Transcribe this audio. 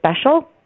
special